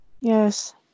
Yes